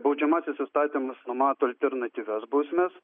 baudžiamasis įstatymas numato alternatyvias bausmes